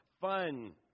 Fun